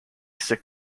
sick